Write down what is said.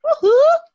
Woohoo